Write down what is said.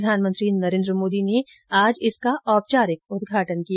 प्रधानमंत्री नरेन्द्र मोदी ने आज इसका औपचारिक उदघाटन किया